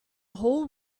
whole